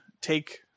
take